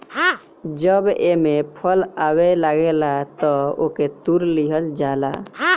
जब एमे फल आवे लागेला तअ ओके तुड़ लिहल जाला